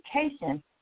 education